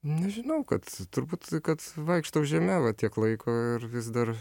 nežinau kad turbūt kad vaikštau žeme va tiek laiko ir vis dar